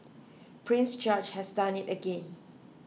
Prince George has done it again